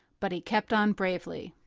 but he kept on bravely.